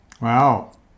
Wow